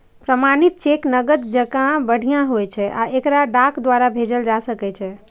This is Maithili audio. प्रमाणित चेक नकद जकां बढ़िया होइ छै आ एकरा डाक द्वारा भेजल जा सकै छै